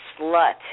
slut